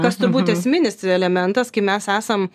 kas turbūt esminis elementas kai mes esam